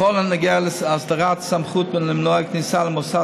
בכל הנוגע להסדרת סמכות למנוע כניסה למוסד